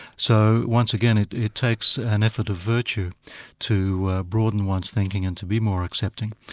so once again it it takes an effort of virtue to broaden one's thinking and to be more accepting,